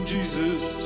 Jesus